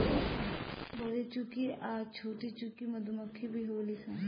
बरेचुकी आ छोटीचुकी मधुमक्खी भी होली सन